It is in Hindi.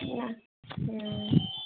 हाँ तो